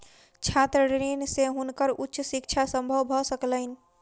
छात्र ऋण से हुनकर उच्च शिक्षा संभव भ सकलैन